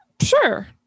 Sure